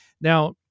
Now